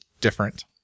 different